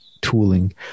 tooling